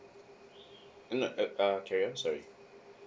no uh uh carry on sorry